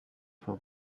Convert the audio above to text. for